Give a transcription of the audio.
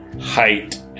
height